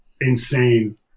insane